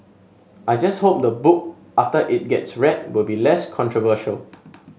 I just hope the book after it gets read will be less controversial